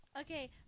Okay